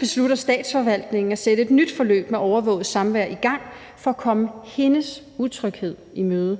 beslutter Statsforvaltningen at sætte et nyt forløb med overvåget samvær i gang for at komme hendes utryghed i møde.